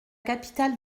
capitale